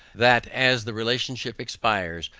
that as the relationship expires,